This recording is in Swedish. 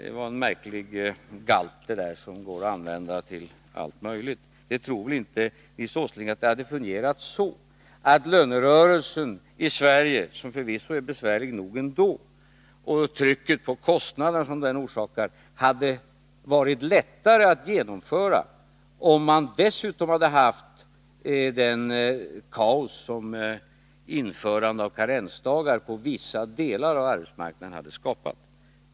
Det var en märklig galt det där som går att använda till allt möjligt. Nils Åsling tror väl inte att det hade fungerat så att lönerörelsen i Sverige, som förvisso är besvärlig nog ändå, och trycket på kostnaderna, som den orsakar, hade varit lättare att genomföra om man dessutom hade haft det kaos som införandet av karensdagar på vissa delar av arbetsmarknaden hade skapat.